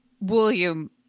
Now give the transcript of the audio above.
William